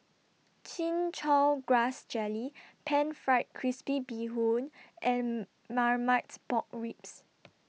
Chin Chow Grass Jelly Pan Fried Crispy Bee Hoon and Marmite Pork Ribs